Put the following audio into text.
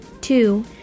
Two